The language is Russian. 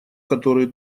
который